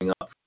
up